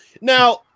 now